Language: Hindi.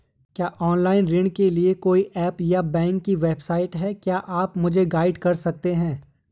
क्या ऑनलाइन ऋण के लिए कोई ऐप या बैंक की वेबसाइट है क्या आप मुझे गाइड कर सकते हैं?